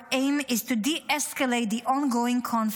our aim is to de-escalate the ongoing conflicts